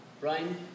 Brian